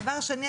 דבר שני,